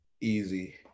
easy